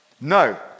No